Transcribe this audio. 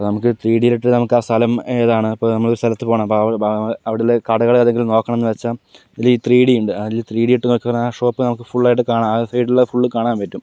ഇപ്പോൾ നമുക്ക് ത്രീഡിയിൽ ഇട്ട് നമുക്ക് ആ സ്ഥലം ഏതാണ് ഇപ്പോ നമ്മള് ഒരു സ്ഥലത്ത് പോണം ഇപ്പോ അവിടെയുള്ള കടകൾ ഏതെങ്കിലും നോക്കണം എന്ന് വെച്ചാ ഇതിൽ ത്രീഡി ഉണ്ട് അതിലെ ത്രീഡി ഇട്ട് നോക്കിയാ ആ ഷോപ്പ് നമുക്ക് ഫുൾ ആയിട്ട് കാണാം ആ ത്രീഡിയിലുള്ളത് ഫുൾ കാണാൻ പറ്റും